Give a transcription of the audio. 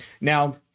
Now